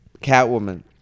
Catwoman